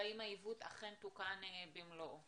והאם העיוות אכן תוקן במלואו.